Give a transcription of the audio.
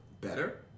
better